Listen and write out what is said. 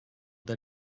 the